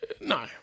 No